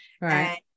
right